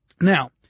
Now